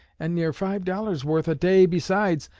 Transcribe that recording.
and near five dollars' worth a day besides,